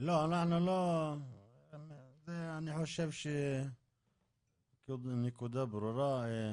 אני לא רואה מצב שבו חברת הגבייה מצד אחד מבצעת פעולות אכיפה